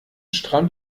stramm